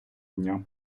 дня